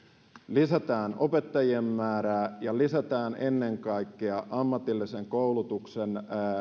lisätään opettajien määrää ja lisätään ennen kaikkea ammatillisen koulutuksen